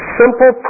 simple